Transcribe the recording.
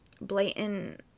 blatant